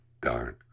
darn